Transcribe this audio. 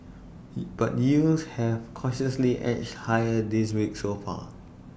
but yields have cautiously edged higher this week so far